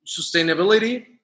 Sustainability